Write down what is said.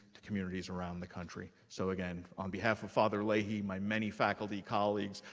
to communities around the country. so again, on behalf of father leahy, my many faculty colleagues,